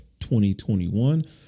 2021